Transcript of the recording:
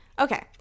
Okay